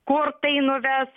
kur tai nuves